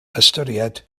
ystyried